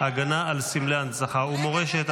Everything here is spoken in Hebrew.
הגנה על סמלי הנצחה ומורשת),